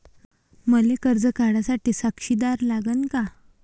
मले कर्ज काढा साठी साक्षीदार लागन का?